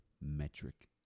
metric